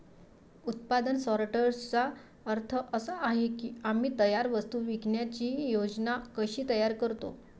उत्पादन सॉर्टर्सचा अर्थ असा आहे की आम्ही तयार वस्तू विकण्याची योजना कशी तयार करतो